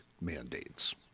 mandates